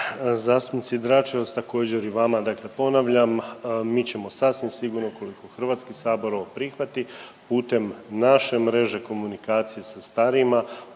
zastupnici Dračevac, također i vama dakle ponavljam, mi ćemo sasvim sigurno ukoliko HS ovo prihvati, putem naše mreže komunikacije sa starijima omogućiti